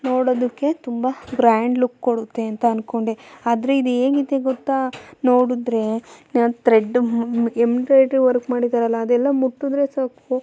ನೋಡೋದಕ್ಕೂ ತುಂಬ grand look ಕೊಡುತ್ತೆ ಅಂತ ಅಂದ್ಕೊಂಡೆ ಆದರೆ ಇದು ಹೇಗಿದೆ ಗೊತ್ತಾ ನೋಡಿದ್ರೆ ತ್ರೆಡ್ ಎಂಬ್ರೈಡ್ರಿ ವರ್ಕ್ ಮಾಡಿದ್ದಾರಲ್ಲ ಅದೆಲ್ಲ ಮುಟ್ಟಿದ್ರೆ ಸಾಕು